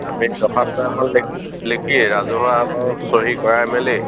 আমি দৰখাস্ত এখন লিখি লিখি ৰাজহুৱা অলপ চহী কৰাই মেলি